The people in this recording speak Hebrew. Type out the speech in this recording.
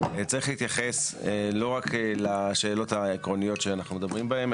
צריך להתייחס לא רק לשאלות העקרוניות שאנחנו מדברים בהן,